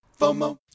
FOMO